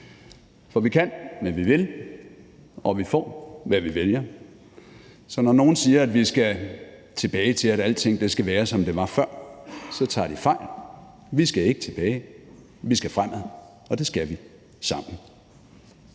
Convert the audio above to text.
for vi kan, hvad vi vil, og vi får, hvad vi vælger. Så når nogen siger, at vi skal tilbage til, at alting skal være, som det var før, tager de fejl. Vi skal ikke tilbage, vi skal fremad, og det skal vi sammen.